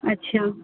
اچھا